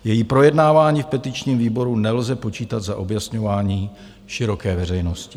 Její projednávání v petičním výboru nelze počítat za objasňování široké veřejnosti.